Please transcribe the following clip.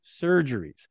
surgeries